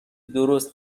درست